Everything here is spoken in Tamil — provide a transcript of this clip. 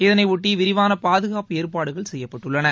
இதனையொட்டி விரிவான பாதுகாப்பு ஏற்பாடுகள் செய்யப்பட்டள்ளன